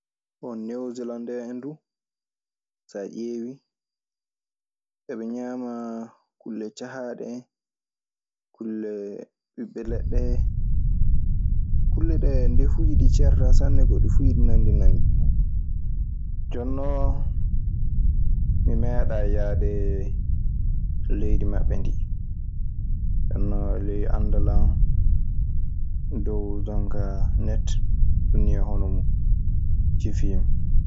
Bon newoselandee en duu, so a ƴeewii eɓe ñaamaa kulle cahaaɗe en, kulle ɓiɓɓe leɗɗe. Kulle ɗee, ndefuuji ɗii ceerataa sanne sanne koy. Ɗi fuu iɗi nanndi nanndi. Jonnoo, mi meeɗay yaadee leydi maɓɓe ɗi. Jonnon ley anndal an, dow jonka net, ɗun ni e honomun cifiimi.